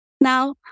Now